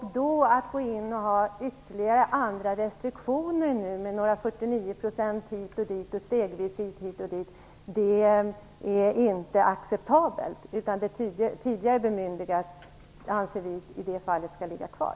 Att gå in med ytterligare restriktioner med 49 % hit och dit och "stegvis försäljning" hit och dit är inte acceptabelt. I det fallet anser vi i stället att tidigare bemyndigande skall ligga kvar.